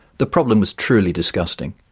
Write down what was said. the problem was truly disgusting.